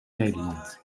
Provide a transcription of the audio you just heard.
nederland